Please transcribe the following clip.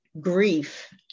grief